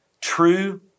True